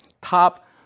top